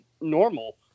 normal